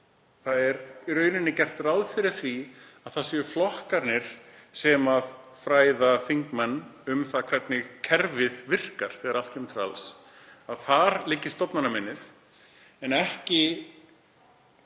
Það er í raun gert ráð fyrir því að það séu flokkarnir sem fræði þingmenn um það hvernig kerfið virkar þegar allt kemur til alls, að þar liggi stofnanaminnið en ekki